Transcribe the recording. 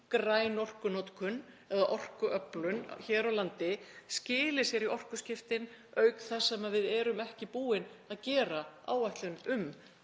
græn orkunotkun eða orkuöflun hér á landi skili sér í orkuskiptin, auk þess sem við erum ekki búin að gera áætlun um